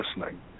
listening